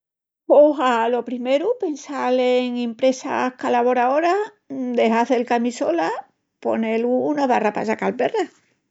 Pos a lo primeru pensal en impresas calavoraoras, de hazel camisolas, ponel una barra pa sacal perras.